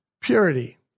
purity